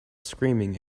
screaming